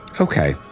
okay